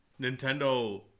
nintendo